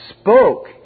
spoke